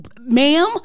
Ma'am